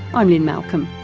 i'm lynne malcolm,